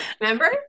Remember